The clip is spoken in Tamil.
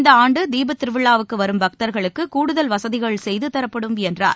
இந்த ஆண்டு தீபத்திருவிழாவுக்கு வரும் பக்தர்களுக்கு கூடுதல் வசதிகள் செய்து தரப்படும் என்றார்